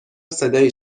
صدایی